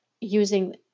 using